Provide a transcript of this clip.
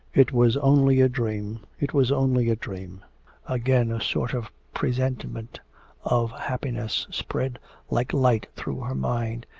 it was only a dream, it was only a dream again a sort of presentiment of happiness spread like light through her mind,